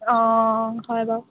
অঁ হয় বাৰু